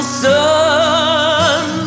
sun